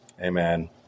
Amen